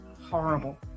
horrible